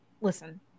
listen